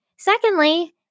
Secondly